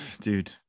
dude